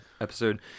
episode